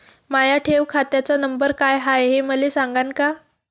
माया ठेव खात्याचा नंबर काय हाय हे मले सांगान का?